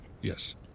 yes